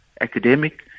academic